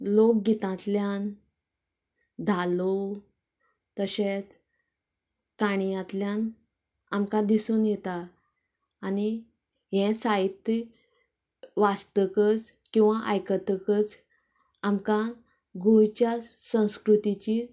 लोक गितांतल्यान धालो तशेंच काणयांतल्यान आमकां दिसून येता आनी हे साहित्य वाचतकच किंवा आयकतकच आमच्या गोंयच्या संस्कृतीची